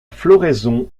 floraison